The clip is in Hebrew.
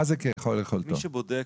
מה זה ככל יכולתו?